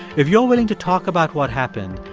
if you're willing to talk about what happened,